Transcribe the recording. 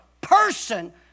person